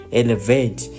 elevate